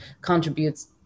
contributes